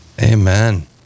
Amen